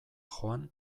joan